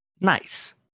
nice